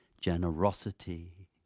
generosity